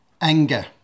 anger